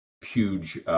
huge